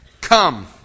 come